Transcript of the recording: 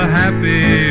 happy